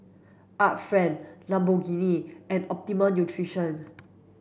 Art Friend Lamborghini and Optimum Nutrition